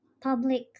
public